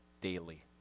daily